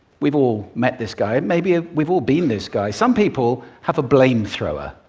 we've all met this guy. maybe ah we've all been this guy. some people have a blamethrower.